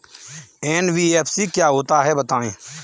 NBFC क्या होता है बताएँ?